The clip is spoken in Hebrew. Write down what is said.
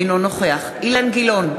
אינו נוכח אילן גילאון,